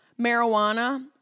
marijuana